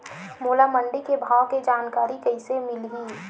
मोला मंडी के भाव के जानकारी कइसे मिलही?